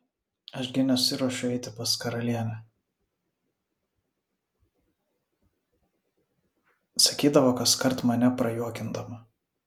aš gi nesiruošiu eiti pas karalienę sakydavo kaskart mane prajuokindama